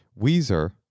Weezer